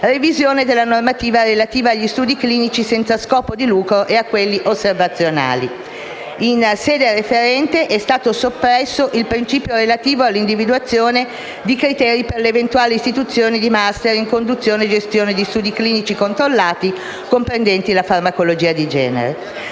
revisione della normativa relativa agli studi clinici senza scopo di lucro e a quelli osservazionali. In sede referente è stato soppresso il principio relativo all'individuazione di criteri per l'eventuale istituzione di *master* in conduzione e gestione di studi clinici controllati comprendenti la farmacologia di genere.